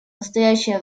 настоящее